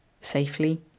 safely